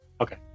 Okay